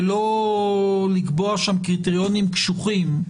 ולא לקבוע שם קריטריונים קשוחים,